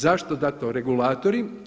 Zašto … regulatori?